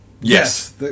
Yes